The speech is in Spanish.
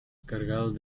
cargados